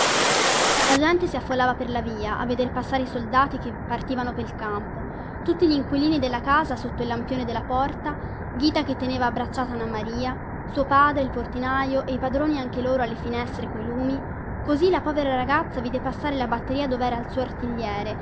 la gente si affollava per la via a veder passare i soldati che partivano pel campo tutti gli inquilini della casa sotto il lampione della porta ghita che teneva abbracciata anna maria suo padre il portinaio e i padroni anche loro alle finestre coi lumi così la povera ragazza vide passare la batteria dovera il suo artigliere